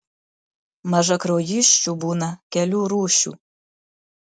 mažakraujysčių būna kelių rūšių